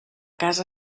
casa